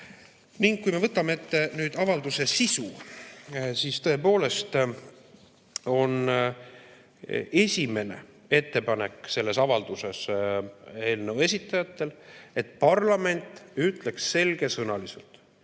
Kui me võtame ette nüüd avalduse sisu, siis tõepoolest on esimene ettepanek selles avalduses eelnõu esitajatel, et parlament ütleks selgesõnaliselt,